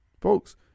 Folks